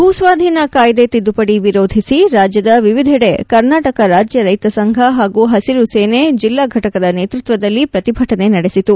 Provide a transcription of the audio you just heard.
ಭೂಸ್ವಾಧೀನ ಕಾಯಿದೆ ತಿದ್ದುಪಡಿ ವಿರೋಧಿಸಿ ರಾಜ್ಯದ ವಿವಿಧಡೆ ಕರ್ನಾಟಕ ರಾಜ್ಯ ರೈತ ಸಂಘ ಹಾಗೂ ಹಸಿರು ಸೇನೆ ಜಿಲ್ಲಾ ಘಟಕದ ನೇತೃತ್ವದಲ್ಲಿ ಪ್ರತಿಭಟನೆ ನಡೆಸಿತು